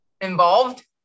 involved